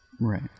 Right